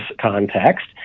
context